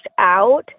out